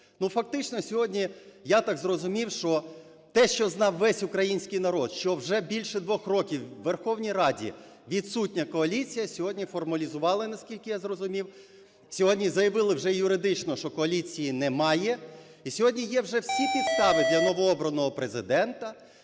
фактично сьогодні, я так зрозумів, що те, що знав весь український народ, що вже більше двох років у Верховній Раді відсутня коаліція, сьогодні формалізували, наскільки я зрозумів. Сьогодні заявили вже юридично, що коаліції немає. І сьогодні є вже всі підстави для новообраного Президента